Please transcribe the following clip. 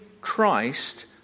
Christ